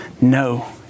no